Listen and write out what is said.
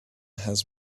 has